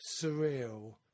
surreal